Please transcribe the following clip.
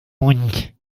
mund